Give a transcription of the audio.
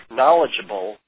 knowledgeable